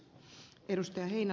arvoisa puhemies